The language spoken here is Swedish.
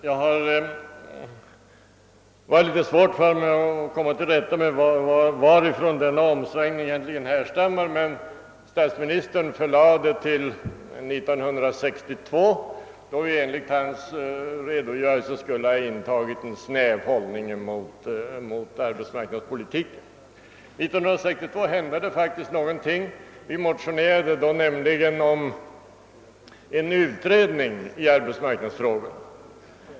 Det har varit svårt för mig att få klarhet i när denna omsvängning skulle ha ägt rum, men statsministern förlade den till 1962 då vi skulle ha intagit en snäv hållning mot arbetsmarknadspolitiken. 1962 hände faktiskt någonting. Vi väckte nämligen då en motion om utredning av arbetsmarknadsfrågorna.